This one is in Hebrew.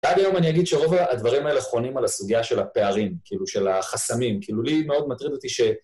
עד היום אני אגיד שרוב הדברים האלה חונים על הסוגיה של הפערים, כאילו של החסמים, כאילו לי מאוד מטריד אותי ש...